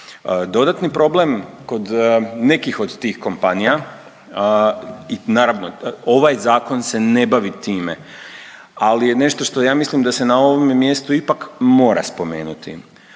Dodatni problem kod nekih od tih kompanija i naravno ovaj zakon se ne bavi time, ali je nešto što ja mislim da se na ovome mjestu ipak mora spomenuti,